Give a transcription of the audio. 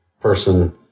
person